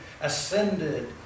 ascended